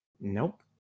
Nope